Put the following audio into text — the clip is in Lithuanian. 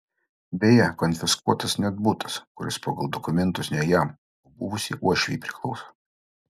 beje konfiskuotas net butas kuris pagal dokumentus ne jam o buvusiai uošvei priklauso